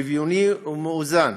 שוויוני ומאוזן